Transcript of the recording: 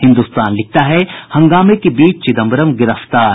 हिन्दुस्तान लिखता है हंगामे के बीच चिदम्बरम गिरफ्तार